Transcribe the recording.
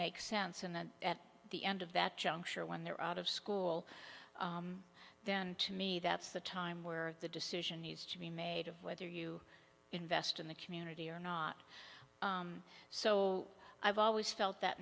makes sense and then at the end of that juncture when they're out of school then to me that's the time where the decision needs to be made of whether you invest in the community or not so i've always felt that